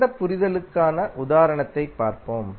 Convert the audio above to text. சிறந்த புரிதலுக்கான உதாரணத்தைப் பார்ப்போம்